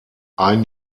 ein